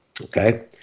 okay